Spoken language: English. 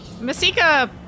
Masika